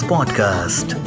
Podcast